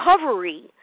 recovery